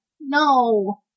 No